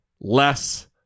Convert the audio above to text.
Less